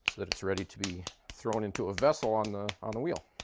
that it's ready to be thrown into a vessel on the on the wheel.